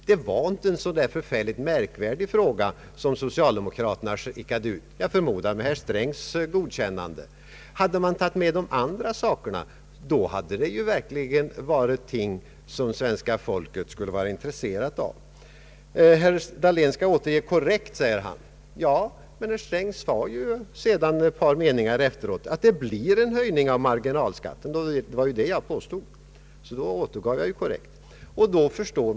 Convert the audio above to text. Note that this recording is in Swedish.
Det var inte någon märkvärdig fråga som socialdemokraterna skickade ut, jag förmodar med herr Strängs godkännande. De frågor jag här tagit upp hade verkligen varit något som svenska folket skulle ha varit intresserat av. Herr Sträng säger att jag skall återge korrekt. Ja, men herr Sträng sade i sitt anförande ett par meningar efteråt att det blir en höjning av marginalskatten, om hans förslag går igenom. Det var detta jag förstod, och då återgav jag ju det hela korrekt.